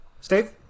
Steve